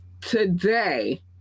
Today